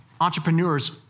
Entrepreneurs